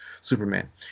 Superman